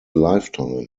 lifetime